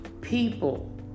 people